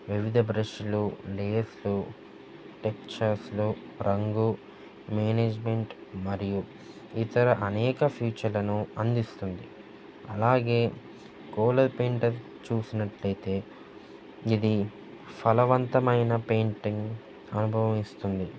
వివిధ బ్రష్లు లేస్లు టెక్చర్స్లు రంగు మేనేజ్మెంట్ మరియు ఇతర అనేక ఫీచర్లను అందిస్తుంది అలాగే కోలర్ పెయింటర్ చూసినట్లయితే ఇది ఫలవంతమైన పెయింటింగ్ అనుభవమిస్తుంది